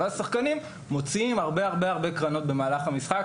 ואז שחקנים מוציאים הרבה הרבה קרנות במהלך המשחק,